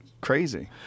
crazy